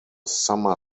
summer